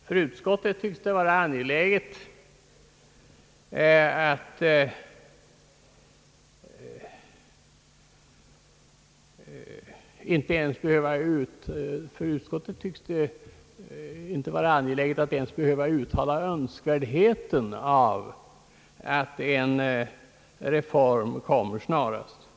För utskottet tycks det inte vara angeläget att ens behöva uttala önskvärdheten av att en reform kommer snarast möjligt.